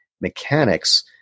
mechanics